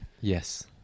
Yes